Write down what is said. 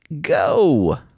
go